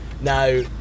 Now